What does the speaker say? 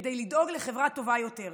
כדי לדאוג לחברה טובה יותר.